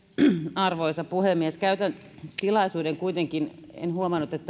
arvoisa puhemies käytän hyväkseni tilaisuuden en huomannut että